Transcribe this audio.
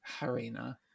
harina